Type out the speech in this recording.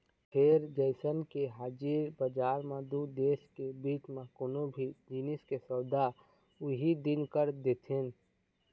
फेर जइसे के हाजिर बजार म दू देश के बीच म कोनो भी जिनिस के सौदा उहीं दिन कर देथन